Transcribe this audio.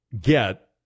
get